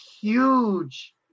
huge